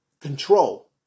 control